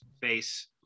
face